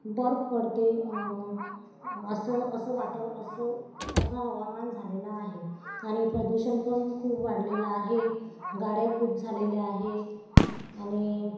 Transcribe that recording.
बर्फ पडते असं असं वाता असं असं हवामान झालेलं आहे आणि प्रदूषण पण खूप वाढलेलं आहे गाड्या खूप झालेल्या आहे आणि